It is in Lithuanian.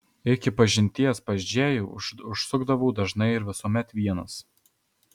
iki pažinties pas džėjų užsukdavau dažnai ir visuomet vienas